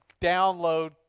download